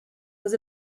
was